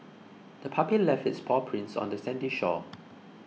the puppy left its paw prints on the sandy shore